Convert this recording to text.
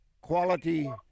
quality